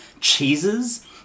Cheeses